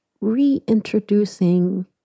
reintroducing